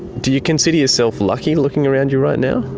do you consider yourself lucky, looking around you right now?